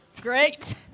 Great